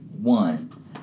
One